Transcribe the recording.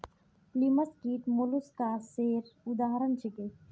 लिमस कीट मौलुसकासेर उदाहरण छीके